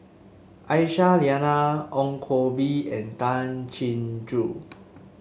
Aisyah Lyana Ong Koh Bee and Tay Chin Joo